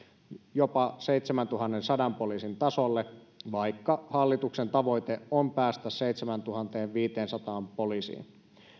jopa seitsemäntuhannensadan poliisin tasolle vaikka hallituksen tavoite on päästä seitsemääntuhanteenviiteensataan poliisiin